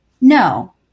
no